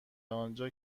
آنجا